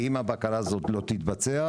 כי אם הבקרה הזאת לא תתבצע,